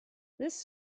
this